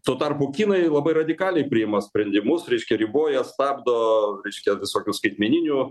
tuo tarpu kinai labai radikaliai priima sprendimus reiškia riboja stabdo reiškia visokių skaitmeninių